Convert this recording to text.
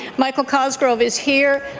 michael cosgrove is here.